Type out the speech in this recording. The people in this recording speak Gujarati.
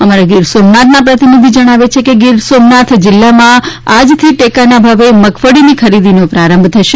અમારા ગીરસોમનાથના પ્રતિનિધિ જણાવે છે કે ગીરસોમનાથ જિલ્લામાં આજથી ટેકાના ભાવે મગફળીની ખરીદવાનો પ્રારંભ કરાશે